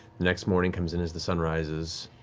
next morning comes and as the sun rises,